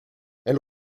elle